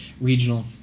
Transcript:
regional